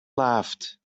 laughed